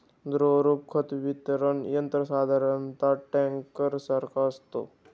द्रवरूप खत वितरण यंत्र साधारणतः टँकरसारखे असते